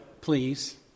please